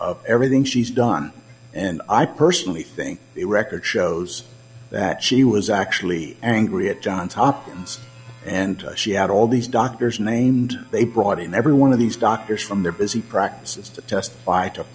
of everything she's done and i personally think it record shows that she was actually angry at johns hopkins and she had all these doctors named they brought in every one of these doctors from their busy practices to testify to